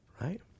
right